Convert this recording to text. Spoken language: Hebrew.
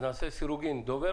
הגשנו למשרד התיירות מתווה,